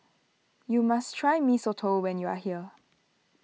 you must try Mee Soto when you are here